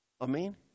Amen